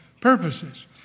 purposes